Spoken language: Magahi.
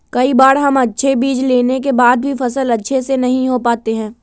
कई बार हम अच्छे बीज लेने के बाद भी फसल अच्छे से नहीं हो पाते हैं?